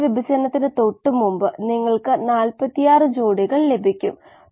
കോശങ്ങളുടെ ഉപഭോഗം ഇല്ലെന്ന് നമുക്ക് അനുമാനിക്കാം